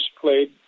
played